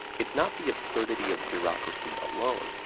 it's not the absurdity of bureaucracy alone,